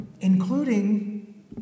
including